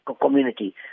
community